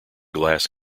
glass